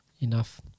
Enough